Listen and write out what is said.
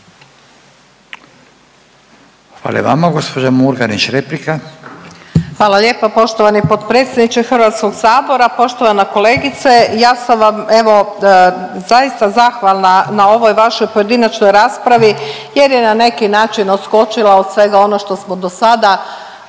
replika. **Murganić, Nada (HDZ)** Hvala lijepo poštovani potpredsjedniče HS. Poštovana kolegice, ja sam vam evo zaista zahvalna na ovoj vašoj pojedinačnoj raspravi jer je na neki način odskočila od svega ono što smo dosada,